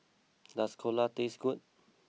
does Dhokla taste good